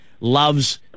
loves